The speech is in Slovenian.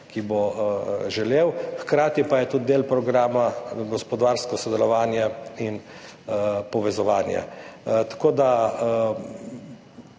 ki bo želel, hkrati pa je tudi del programa gospodarsko sodelovanje in povezovanje. Jaz